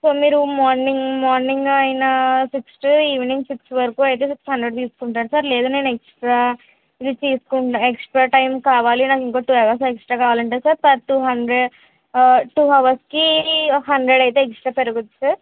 so మీరు morning morning అయినా six to evening six వరకు అయితే సిక్స్ హండ్రెడ్ తీసుకుంటాడు సార్ లేదు నేను ఎక్స్ట్రా తీసుకుంటా ఎక్స్ట్రా టైం కావాలి నాకు ఇంకా టు అవర్స్ ఎక్స్ట్రా కావాలంటే sir per two hundred two అవర్స్కి హండ్రెడ్ అయితే ఎక్స్ట్రా పెరుగుద్ది సార్